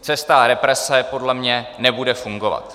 Cesta represe podle mě nebude fungovat.